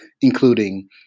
including